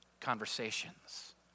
conversations